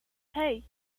hey